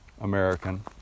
American